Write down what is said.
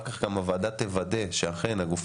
חבר הכנסת זוהר הביא את הנושא לפתח הוועדה שעוסקת בנגב כבר כמה